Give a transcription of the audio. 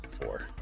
Four